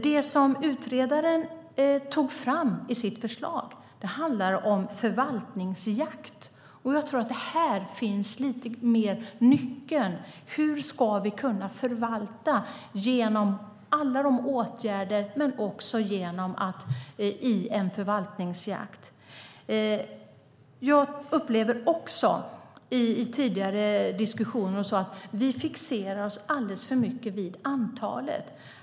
Det som utredaren tog fram i sitt förslag handlar om förvaltningsjakt, och där tror jag att det finns en nyckel till förvaltning genom olika åtgärder, bland annat jakt. Jag upplever också i tidigare diskussioner att vi fixerar oss alldeles för mycket vid antalet.